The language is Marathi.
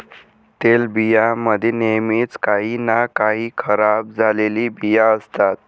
तेलबियां मध्ये नेहमीच काही ना काही खराब झालेले बिया असतात